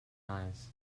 eyes